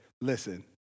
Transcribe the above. Listen